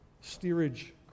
steerage